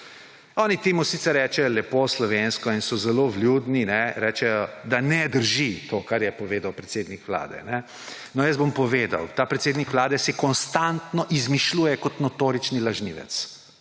oni temu sicer rečejo lepo slovensko in so zelo vljudni, da ne drži to, kar je povedal predsednik vlade. No, jaz bom povedal, ta predsednik vlade si konstantno izmišljuje kot notorični lažnivec